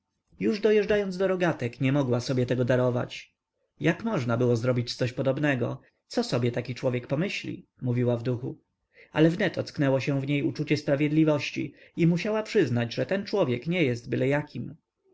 już dojeżdżając do rogatek nie mogła sobie tego darować jak można było zrobić coś podobnego co sobie taki człowiek pomyśli mówiła w duchu ale wnet ocknęło się w niej uczucie sprawiedliwości i musiała przyznać że ten człowiek nie jest